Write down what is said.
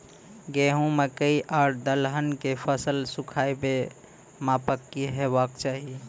गेहूँ, मकई आर दलहन के फसलक सुखाबैक मापक की हेवाक चाही?